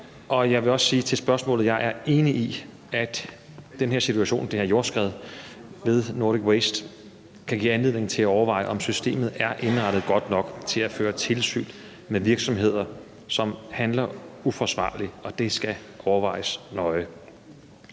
den her situation, altså det her jordskred ved Nordic Waste, kan give anledning til at overveje, om systemet er indrettet godt nok til at føre tilsyn med virksomheder, som handler uforsvarligt. Det skal overvejes nøje.